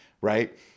right